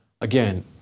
again